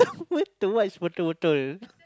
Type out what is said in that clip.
what the what is water bottle